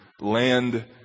land